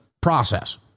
process